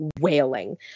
wailing